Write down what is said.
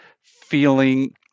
feeling